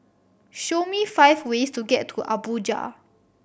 show me five ways to get to Abuja